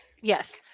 Yes